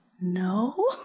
no